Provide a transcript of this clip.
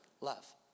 love